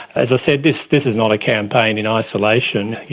as i said, is not a campaign in isolation.